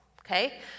Okay